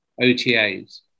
OTAs